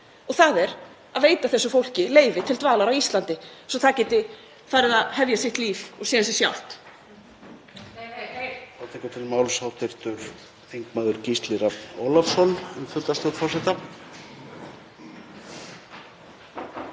Það er að veita þessu fólki leyfi til dvalar á Íslandi svo það geti farið að hefja sitt líf og geti séð um sig sjálft.